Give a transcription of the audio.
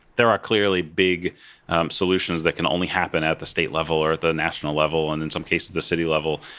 there are clearly big solutions that can only happen at the state level or at the national level, and in some cases the city level.